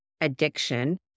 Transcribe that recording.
addiction